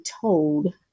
told